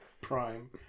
prime